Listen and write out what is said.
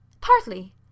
Partly